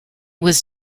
was